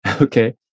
Okay